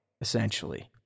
essentially